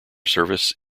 service